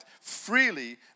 freely